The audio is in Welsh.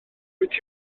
wedi